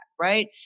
right